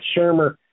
Shermer